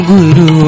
Guru